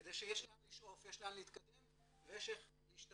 כדי שיש לאן לשאוף, יש לאן להתקדם ויש איך להשתלב.